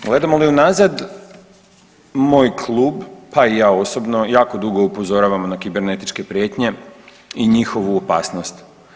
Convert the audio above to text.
Pogledamo li unazad moj klub, pa i ja osobno jako dugo upozoravamo na kibernetičke prijetnje i njihovu opasnost.